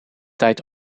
tijd